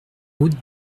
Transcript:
route